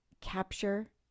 capture